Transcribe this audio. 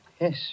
Yes